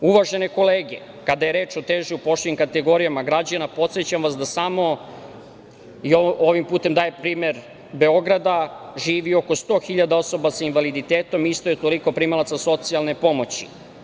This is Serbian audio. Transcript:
Uvažene kolege, kada je reč o teško upošljivim kategorijama građana, podsećam vas da samo i ovim putem dajem primer Beograda, živi oko sto hiljada osoba sa invaliditetom, isto je toliko primalaca socijalne pomoći.